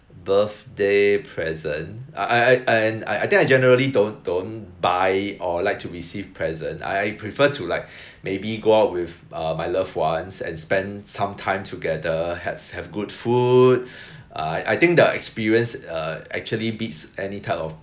birthday present I I and I think generally don't don't buy or like to receive present I I prefer to like maybe go out with uh my loved ones and spend some time together have have good food uh I I think the experience uh actually beats any type of